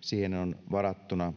siihen on varattuna